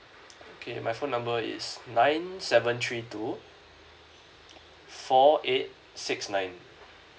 okay my phone number is nine seven three two four eight six nine